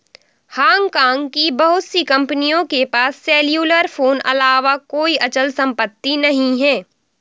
Hong Kong की बहुत सी कंपनियों के पास सेल्युलर फोन अलावा कोई अचल संपत्ति नहीं है